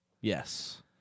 Yes